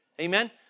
Amen